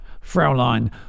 Fraulein